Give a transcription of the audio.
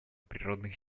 природных